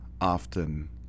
often